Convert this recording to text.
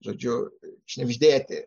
žodžiu šnibždėti